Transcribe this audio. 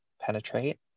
penetrate